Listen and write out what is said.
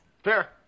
Fair